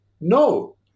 No